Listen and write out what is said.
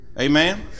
Amen